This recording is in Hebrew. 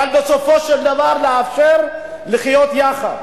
אבל בסופו של דבר לאפשר לחיות יחד.